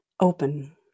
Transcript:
open